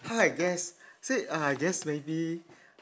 how I guess say I guess maybe